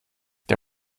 der